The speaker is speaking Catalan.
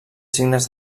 signes